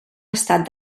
estat